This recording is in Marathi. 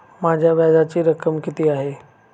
माझ्या व्याजाची रक्कम किती आहे?